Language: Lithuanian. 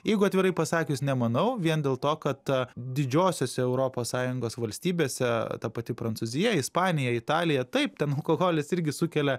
jeigu atvirai pasakius nemanau vien dėl to kad didžiosiose europos sąjungos valstybėse ta pati prancūzija ispanija italija taip ten alkoholis irgi sukelia